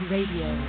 Radio